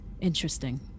Interesting